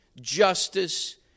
justice